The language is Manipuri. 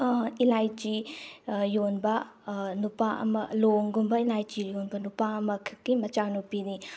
ꯏꯂꯥꯏꯆꯤ ꯌꯣꯟꯕ ꯅꯨꯄꯥ ꯑꯃ ꯂꯣꯡꯒꯨꯝꯕ ꯏꯂꯥꯏꯆꯤꯒꯨꯝꯕ ꯅꯨꯄꯥ ꯑꯃꯈꯛꯀꯤ ꯃꯆꯥ ꯅꯨꯄꯤꯅꯤ